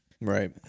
Right